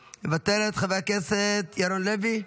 מוותרת, חבר הכנסת ירון לוי,